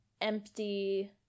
empty